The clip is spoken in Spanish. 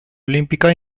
olímpica